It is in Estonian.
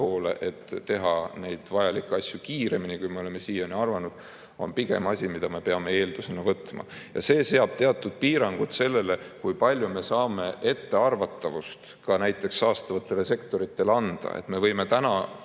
et teha neid vajalikke asju kiiremini, kui me oleme siiani arvanud, on pigem asi, mida me peame eeldusena võtma. See seab teatud piirangud sellele, kui palju me saame anda ettearvatavust ka näiteks taastuvatele sektoritele. Me võime tänase